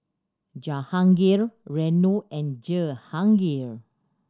Jahangir Renu and Jehangirr